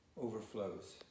overflows